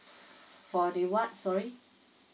for the what sorry